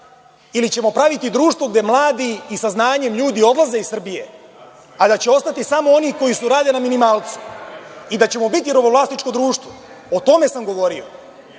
ili ćemo praviti društvo gde mladi ljudi sa znanjem odlaze iz Srbije, a da će ostati samo oni koji rade na minimalcu i da ćemo biti robovlasničko društvo?O tome sam govorio,